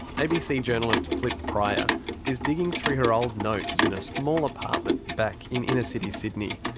abc journalist flip prior is digging through her old notes in a small apartment back in inner-city sydney.